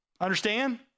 Understand